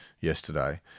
yesterday